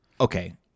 Okay